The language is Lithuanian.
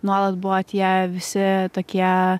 nuolat buvo tie visi tokie